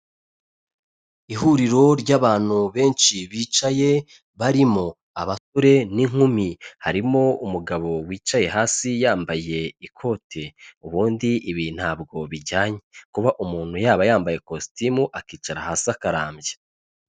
Ihuriro ry'abantu benshi bicaye, barimo abasore n'inkumi. Harimo umugabo wicaye hasi yambaye ikote. Ubundi ibi ntabwo bijyanye. Kuba umuntu yaba yambaye kositimu akicara hasi akarambya.